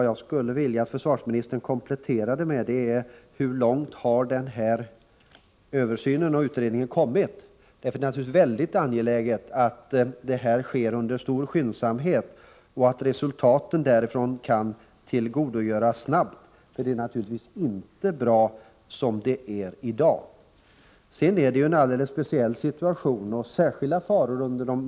Jag skulle vilja att försvarsministern kompletterade med en uppgift om hur långt översynsarbetet har kommit. Det är naturligtvis mycket angeläget att arbetet sker med stor skyndsamhet och att resultaten kan tillgodogöras snabbt. Situationen är inte bra som den är i dag. Militära övningar innebär en speciell situation och särskilda faror.